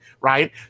right